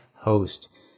host